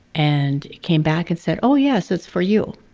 and it came back and said, oh, yes, it's for you.